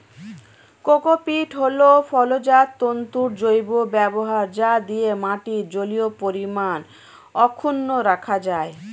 cocopeat হল ফলজাত তন্তুর জৈব ব্যবহার যা দিয়ে মাটির জলীয় পরিমাণ অক্ষুন্ন রাখা যায়